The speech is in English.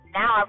now